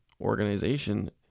organization